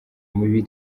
mibi